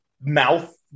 mouth